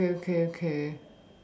okay okay okay okay